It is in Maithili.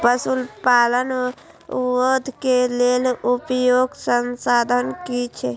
पशु पालन उद्योग के लेल उपयुक्त संसाधन की छै?